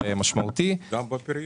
גם בפריון.